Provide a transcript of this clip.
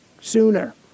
sooner